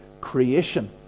creation